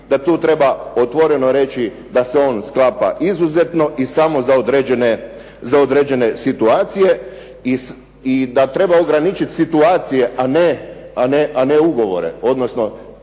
da tu treba otvoreno reći da se on stvara izuzetno i samo za određene situacije i da treba ograničiti situacija, a ne ugovore. Odnosno